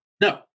No